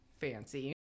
Fancy